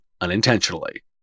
unintentionally